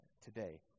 today